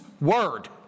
word